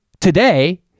today